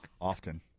Often